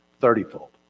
thirtyfold